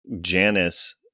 janice